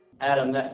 Adam